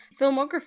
filmography